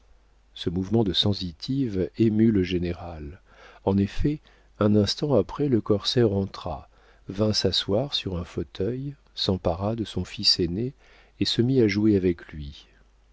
ce mouvement de sensitive émut le général en effet un instant après le corsaire entra vint s'asseoir sur un fauteuil s'empara de son fils aîné et se mit à jouer avec lui